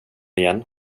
igen